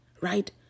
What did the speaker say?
right